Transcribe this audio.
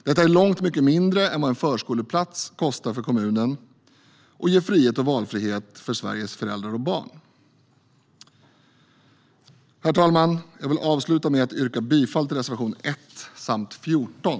Det är långt mycket mindre än vad en förskoleplats kostar för kommunen, och det ger mer frihet och valfrihet för Sveriges föräldrar och barn. Herr talman! Jag vill avsluta med att yrka bifall till reservationerna 1 och 14.